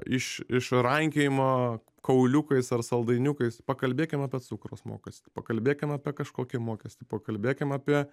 iš iš rankiojimo kauliukais ar saldainiukais pakalbėkim apie cukraus mokestį pakalbėkim apie kažkokį mokestį pakalbėkim apie